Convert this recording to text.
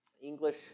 English